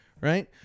right